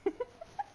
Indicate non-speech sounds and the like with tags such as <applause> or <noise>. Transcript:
<laughs>